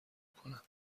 کنم